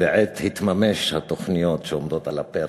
בעת התממש התוכניות שעומדות על הפרק.